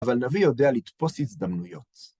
אבל נביא יודע לתפוס הזדמנויות.